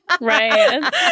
Right